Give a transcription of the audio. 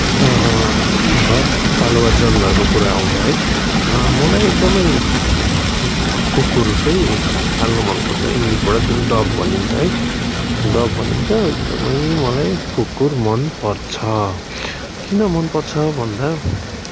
घरपालुवा जनावरको कुरा आउँदा है मलाई एकदमै कुकुर चाहिँ पाल्नु मनपर्छ इङ्ग्लिसबाट जुन डग भनिन्छ है डग भनिन्छ एकदमै मलाई कुकुर मनपर्छ किन मनपर्छ भन्दा